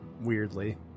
weirdly